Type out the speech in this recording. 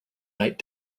night